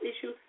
issue